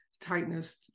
tightness